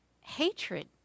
hatred